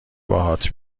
باهات